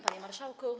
Panie Marszałku!